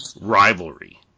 rivalry